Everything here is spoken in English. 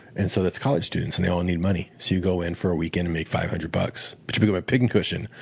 and so that's college students, and they all need money. so you go in for a weekend and make five hundred dollars. but you become a pin cushion.